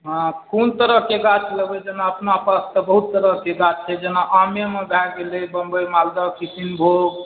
हँ कोन तरहके गाछ लेबै जेना अपना पास तऽ बहुत तरहके गाछ छै जेना आममे भए गेलै बम्बइ मालदह किशनभोग